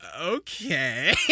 okay